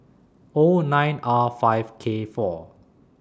O nine R five K four